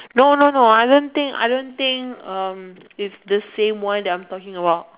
no no no I don't think I don't think um it's the same one I'm talking about